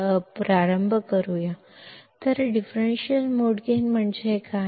तर differential mode gain म्हणजे काय